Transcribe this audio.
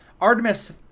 Artemis